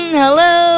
hello